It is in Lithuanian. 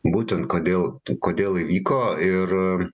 būtent kodėl kodėl įvyko ir